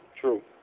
True